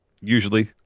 usually